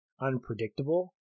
unpredictable